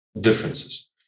differences